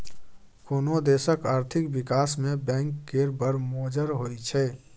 कोनो देशक आर्थिक बिकास मे बैंक केर बड़ मोजर होइ छै